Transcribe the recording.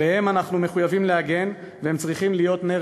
עליהם אנחנו מחויבים להגן והם צריכים להיות נר